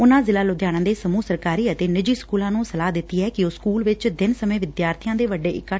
ਉਨੂਾ ਜ਼ਿਲੂਾ ਲੁਧਿਆਣਾ ਦੇ ਸਮੂਹ ਸਰਕਾਰੀ ਅਤੇ ਨਿੱਜੀ ਸਕੂਲਾਂ ਨੂੰ ਸਲਾਹ ਦਿੱਤੀ ਐ ਕਿ ਉਹ ਸਕੂਲ ਵਿਚ ਦਿਨ ਸਮੇਂ ਵਿਦਿਆਬੀਆਂ ਦੇ ਵੱਡੇ ਇਕੱਠ ਤੋਂ ਬਚਣ